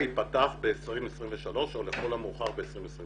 הברז ייפתח ב-2023 או לכל המאוחר ב-2024.